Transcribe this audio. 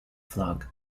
flag